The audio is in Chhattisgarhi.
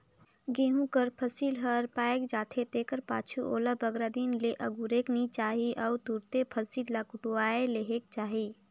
गहूँ कर फसिल हर पाएक जाथे तेकर पाछू ओला बगरा दिन ले अगुरेक नी चाही अउ तुरते फसिल ल कटुवाए लेहेक चाही